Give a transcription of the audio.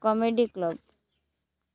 comedy club